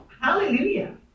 Hallelujah